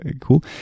cool